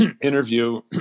interview